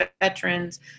veterans